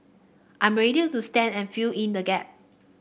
I'm ready to stand and fill in the gap